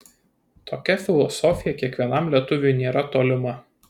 tokia filosofija kiekvienam lietuviui nėra tolima